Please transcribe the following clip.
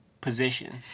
position